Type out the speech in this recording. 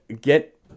get